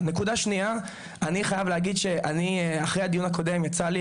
נקודה שנייה אני חייב להגיד שאני אחרי הדיון הקודם יצא לי